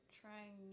trying